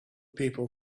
people